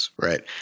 right